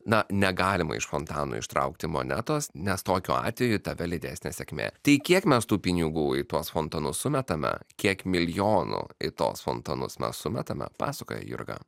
na negalima iš fontano ištraukti monetos nes tokiu atveju tave lydės nesėkmė tai kiek mes tų pinigų į tuos fontanus sumetame kiek milijonų į tuos fontanus mes sumetame pasakoja jurga